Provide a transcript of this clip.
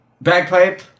Bagpipe